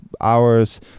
hours